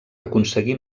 aconseguí